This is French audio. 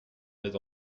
mes